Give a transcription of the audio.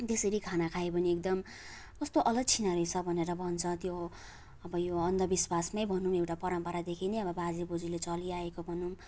त्यसरी खाना खायो भने एकदम कस्तो अलक्षिणा रहेछ भनेर भन्छ त्यो अब यो अन्धविश्वास नै भनौँ एउटा परम्परादेखि नै अब बाजेबज्यूले चलिआएको भनौँ